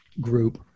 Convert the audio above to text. group